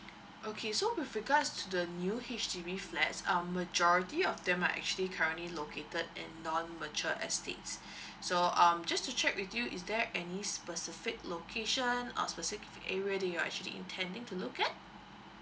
okay so with regards to the new H_D_B flats um majority of them are actually currently located in non mature estate so um just to check with you is there any specific location or specific area do you actually intending to look at